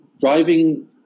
Driving